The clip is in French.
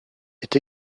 est